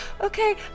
okay